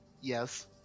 Yes